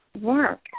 work